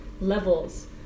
levels